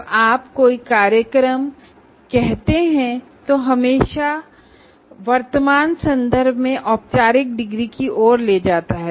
जब आप कोई प्रोग्राम कहते हैं तो यह औपचारिक डिग्री के बारे मे ही होता है